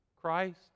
Christ